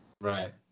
Right